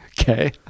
Okay